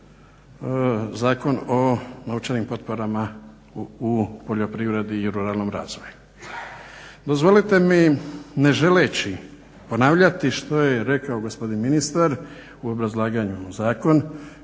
Zakon o novčanim potporama u poljoprivredi i ruralnom razvoju. Dozvolite mi ne želeći ponavljati što je rekao gospodin ministar u obrazlaganju zakon.